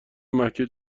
مکه